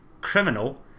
criminal